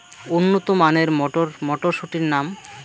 উন্নত মানের মটর মটরশুটির নাম?